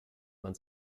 man